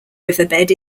riverbed